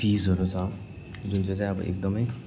फिसहरू छ जुन चाहिँ चाहिँ अब एकदमै